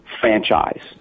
franchise